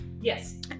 Yes